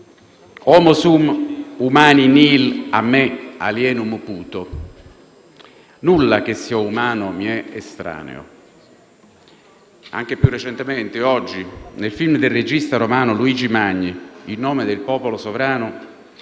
«*Homo sum, humani nihil a me alienum puto*», nulla che sia umano mi è estraneo. Anche più recentemente, oggi, nel film del regista romano Luigi Magni, «In nome del popolo sovrano»,